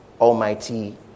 Almighty